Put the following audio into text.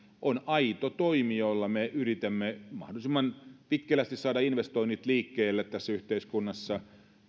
on aito toimi jolla me yritämme mahdollisimman vikkelästi saada investoinnit liikkeelle tässä yhteiskunnassa